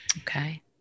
Okay